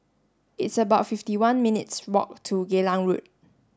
it's about fifty one minutes' walk to Geylang Road